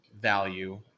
value